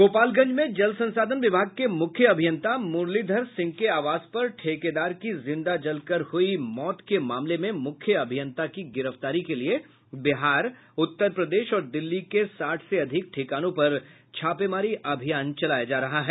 गोपालगंज में जल संसाधन विभाग के मुख्य अभियंता मुरलीधर सिंह के आवास पर ठेकेदार की जिंदा जल कर हुई मौत के मामले में मुख्य अभियंता की गिरफ्तारी के लिए बिहार उत्तर प्रदेश और दिल्ली के साठ से अधिक ठिकानों पर छापामारी अभियान चलाया जा रहा है